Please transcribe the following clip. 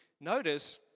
notice